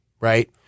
right